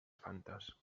fantes